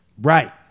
Right